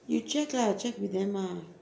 you check lah check with them ah